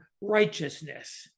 righteousness